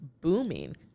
booming